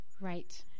Right